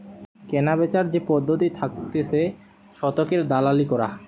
কেনাবেচার যে পদ্ধতি থাকতিছে শতকের দালালি করা